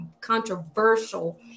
controversial